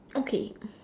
okay